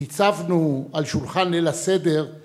הצבנו על שולחן ליל הסדר